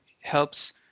helps